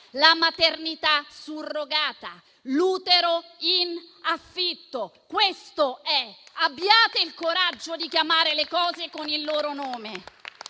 la maternità surrogata, l'utero in affitto. Questo è! Abbiate il coraggio di chiamare le cose con il loro nome.